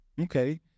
okay